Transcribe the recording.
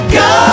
go